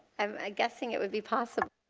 i'm guessing it would be possible.